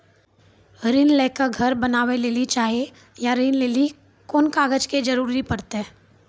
ऋण ले के घर बनावे लेली चाहे या ऋण लेली कोन कागज के जरूरी परतै?